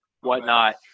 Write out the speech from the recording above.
whatnot